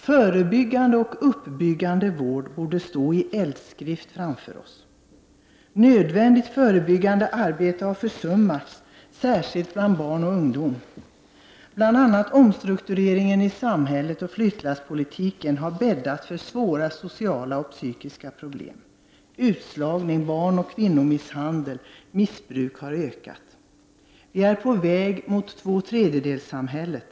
Förebyggande och uppbyggande vård borde stå i eldskrift framför oss. Nödvändigt förebyggande arbete har försummats särskilt bland barn och ungdom. Bl.a. omstruktureringen i samhället och flyttlasspolitiken har bäddat för svåra sociala och psykiska problem. Utslagning, barnoch kvinnomisshandel och missbruk har ökat. Vi är på väg mot tvåtredjedelssamhället.